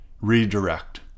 redirect